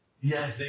Yes